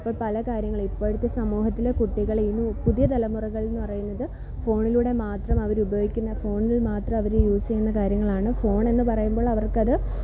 ഇപ്പോൾ പല കാര്യങ്ങളും ഇപ്പോഴത്തെ സമൂഹത്തിലെ കുട്ടികൾ ഇനി പുതിയ തലമുറകളെന്ന് പറയുന്നത് ഫോണിലൂടെ മാത്രം അവർ ഉയോഗിക്കുന്ന ഫോണിൽ മാത്രം അവർ യൂസ് ചെയ്യുന്ന കാര്യങ്ങളാണ് ഫോൺ എന്ന് പറയുമ്പോൾ അവർക്ക് അത്